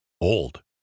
old